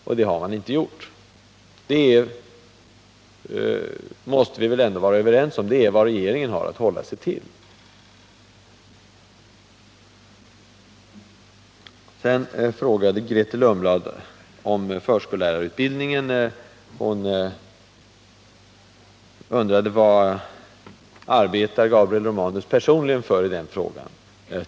Några sådana överläggningar har man inte begärt. Det är vad regeringen har att hålla sig till. Sedan undrade Grethe Lundblad vad Gabriel Romanus personligen arbetade för när det gäller frågan om förskollärarutbildningen.